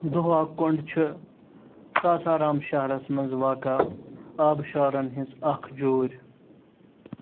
دُھوا کُۄنٛڈ چِھ سَسارام شہرس منٛز واقع آبہٕ شارن ہِنٛز اَکھ جوٗرۍ